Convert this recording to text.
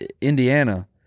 Indiana